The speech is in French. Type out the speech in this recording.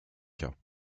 cas